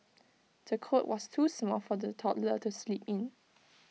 the cot was too small for the toddler to sleep in